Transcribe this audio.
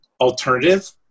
alternative